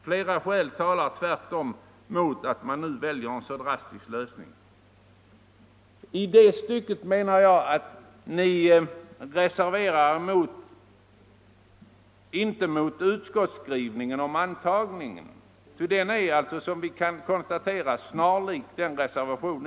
Flera skäl talar tvärtom mot att man nu väljer en så drastisk lösning.” I det stycket reserverar ni er inte mot utskottets skrivning om antagningen, för den är som vi kan konstatera snarlik ér reservation.